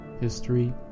history